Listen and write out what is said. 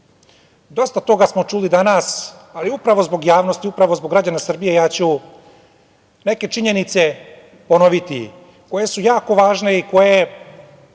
toga smo čuli danas, ali upravo zbog javnosti, upravo zbog građana Srbije ja ću neke činjenice ponoviti, koje su jako važne i koje